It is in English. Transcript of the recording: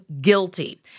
guilty